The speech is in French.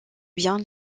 bien